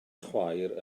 chwaer